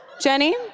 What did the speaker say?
Jenny